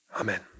Amen